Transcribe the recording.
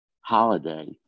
holiday